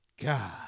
God